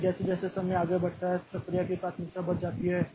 इसलिए जैसे जैसे समय आगे बढ़ता है प्रक्रिया की प्राथमिकता बढ़ती जाती है